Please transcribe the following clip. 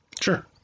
Sure